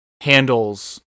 handles